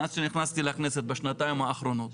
מאז שנכנסתי לכנסת בשנתיים האחרונות.